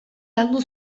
landu